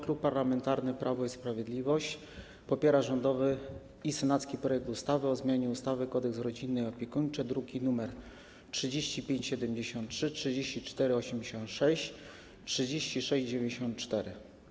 Klub Parlamentarny Prawo i Sprawiedliwość popiera rządowy i senacki projekty ustaw o zmianie ustawy Kodeks rodzinny i opiekuńczy, druki nr 3573, 3486, 3694.